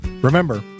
Remember